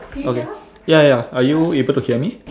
okay ya ya are you able to hear me